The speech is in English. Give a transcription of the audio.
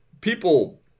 people